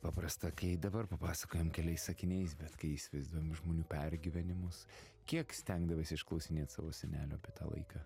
paprasta kai dabar papasakojam keliais sakiniais bet kai įsivaizduojam žmonių pergyvenimus kiek stengdavaisi išklausinėt savo senelių apie tą laiką